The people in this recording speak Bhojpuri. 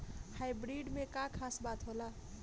हाइब्रिड में का खास बात होला?